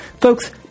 Folks